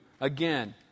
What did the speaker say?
Again